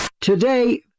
Today